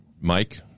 Mike